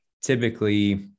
Typically